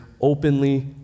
openly